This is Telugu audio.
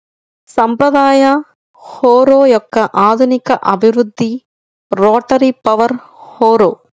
సాంప్రదాయ హారో యొక్క ఆధునిక అభివృద్ధి రోటరీ పవర్ హారో